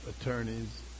attorneys